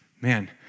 man